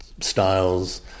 styles